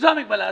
זו המגבלה.